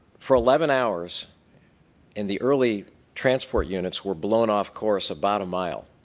for eleven hours in the early transport units were blown off course about a mile